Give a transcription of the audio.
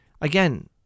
again